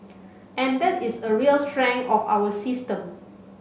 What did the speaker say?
and that is a real strength of our system